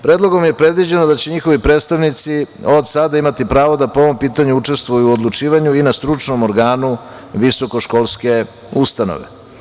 Predlogom je predviđeno da će njihovi predstavnici od sada imati pravo da po ovom pitanju učestvuju u odlučivanju i na stručnom organu visokoškolske ustanove.